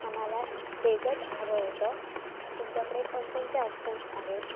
आम्हाला डेझर्ट हवं होतं तुमच्याकडे कोणकोणते ऑप्शन्स आहेत